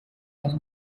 eine